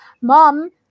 mom